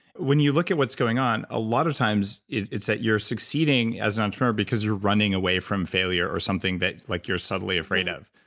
when you look at what's going on, a lot of times, it's that you're succeeding as an entrepreneur, because you're running away from failure or something that like you're subtly afraid of.